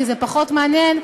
כי זה פחות מעניין,